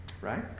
Right